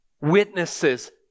witnesses